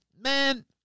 man